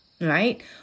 right